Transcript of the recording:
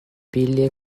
birliğe